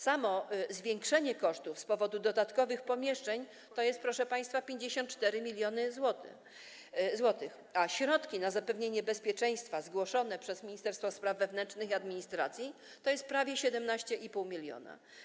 Samo zwiększenie kosztów z powodu dodatkowych pomieszczeń to jest, proszę państwa, 54 mln zł, a środki na zapewnienie bezpieczeństwa zgłoszone przez Ministerstwo Spraw Wewnętrznych i Administracji to jest prawie 17,5 mln.